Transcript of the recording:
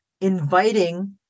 inviting